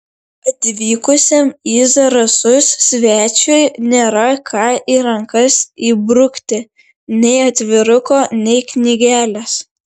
atvykusiam į zarasus svečiui nėra ką į rankas įbrukti nei atviruko nei knygelės